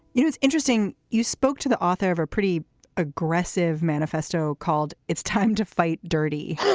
it was interesting you spoke to the author of a pretty aggressive manifesto called it's time to fight dirty